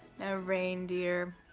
a reindeer.